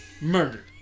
Murdered